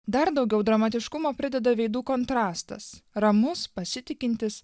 dar daugiau dramatiškumo prideda veidų kontrastas ramus pasitikintis